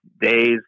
days